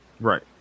Right